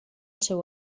seu